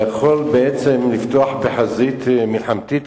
בעצם זה יכול לפתוח חזית מלחמתית,